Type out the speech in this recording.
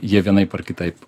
jie vienaip ar kitaip